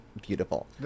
Beautiful